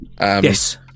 Yes